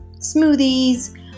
smoothies